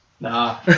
Nah